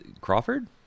Crawford